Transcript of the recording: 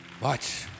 Watch